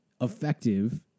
effective